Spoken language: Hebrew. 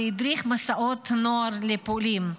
והדריך מסעות נוער לפולין.